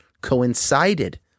coincided